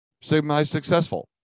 semi-successful